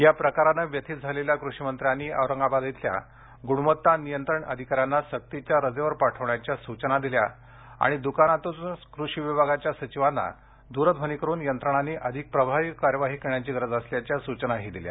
या प्रकाराने व्यथीत झालेल्या कृषिमंत्र्यांनी औरंगाबाद इथल्या गूणवत्ता नियंत्रण अधिकाऱ्यांना सक्तीच्या रजेवर पाठविण्याच्या सूचना दिल्या आणि दुकानातूनच कृषि विभागाच्या सचिवांना द्रध्वनी करून यंत्रणांनी अधिक प्रभावी कार्यवाही करण्याची गरज असल्याच्या सूचनाही दिल्या